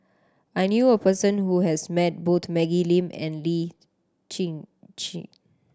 I knew a person who has met both Maggie Lim and Lee Tjin